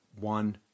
one